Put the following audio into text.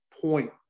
point